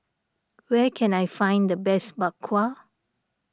where can I find the best Bak Kwa